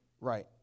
Right